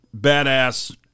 badass